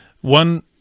One